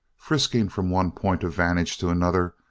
frisking from one point of vantage to another,